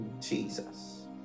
Jesus